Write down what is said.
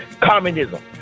communism